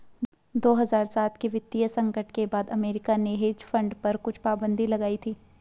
दो हज़ार सात के वित्तीय संकट के बाद अमेरिका ने हेज फंड पर कुछ पाबन्दी लगाई थी